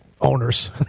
Owners